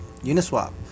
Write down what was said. Uniswap